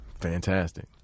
fantastic